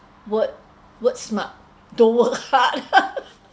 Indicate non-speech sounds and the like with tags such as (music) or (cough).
work work smart don't work (laughs) hard (laughs)